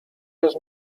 jest